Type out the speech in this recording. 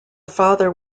father